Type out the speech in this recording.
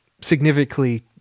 significantly